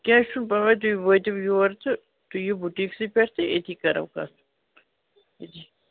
کینٛہہ چھُ نہٕ پرواے تُہۍ وٲتِو یور تہٕ تُہۍ یِیِو بُٹیٖکسے پیٚٹھ تہٕ ییٚتے کَرَو کتھ